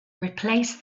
replace